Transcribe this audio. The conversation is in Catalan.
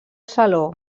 saló